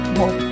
more